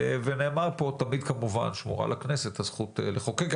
ונאמר פה, תמיד כמובן שמורה לכנסת הזכות לחוקק.